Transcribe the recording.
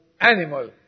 animal